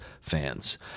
fans